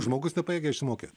žmogus nepajėgia išmokėt